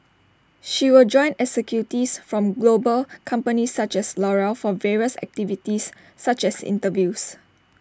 she will join executives from global companies such as L'Oreal for various activities such as interviews